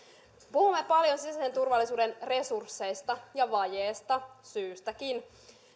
puhumme paljon sisäisen turvallisuuden resursseista ja vajeesta syystäkin